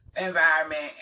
environment